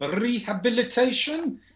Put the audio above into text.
rehabilitation